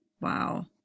Wow